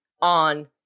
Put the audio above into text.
on